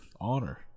honor